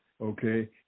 okay